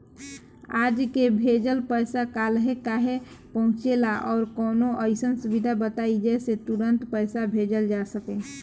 आज के भेजल पैसा कालहे काहे पहुचेला और कौनों अइसन सुविधा बताई जेसे तुरंते पैसा भेजल जा सके?